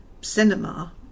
cinema